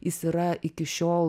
jis yra iki šiol